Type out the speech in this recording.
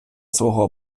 свого